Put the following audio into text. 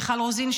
מיכל רוזין,